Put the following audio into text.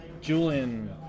Julian